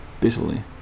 bitterly